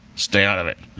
stay out of it.